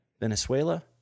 Venezuela